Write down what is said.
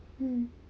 mm